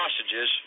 hostages